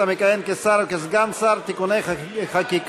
המכהן כשר או כסגן שר (תיקוני חקיקה),